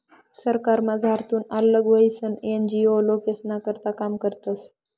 सरकारमझारथून आल्लग व्हयीसन एन.जी.ओ लोकेस्ना करता काम करतस